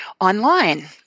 online